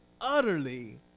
utterly